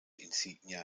insignia